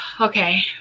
okay